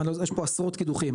יש פה עשרות קידוחים,